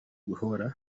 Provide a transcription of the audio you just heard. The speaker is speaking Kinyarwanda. guhora